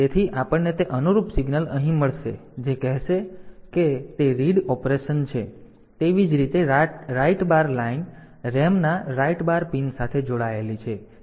તેથી આપણને તે અનુરૂપ સિગ્નલ અહીં મળશે જે કહેશે કે તે રીડ ઓપરેશન છે તેવી જ રીતે રાઇટ બાર લાઇન RAM ના રાઇટ બાર પિન સાથે જોડાયેલ છે